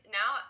now